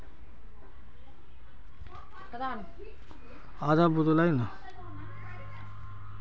राष्ट्रीय पशुपालन मिशानेर तहत भेड़ पलवार तने किस्सनोक सब्सिडी दियाल जाहा